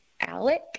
Alec